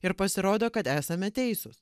ir pasirodo kad esame teisūs